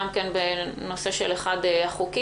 גם בנושא של אחד החוקים.